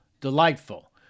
delightful